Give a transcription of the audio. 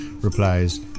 replies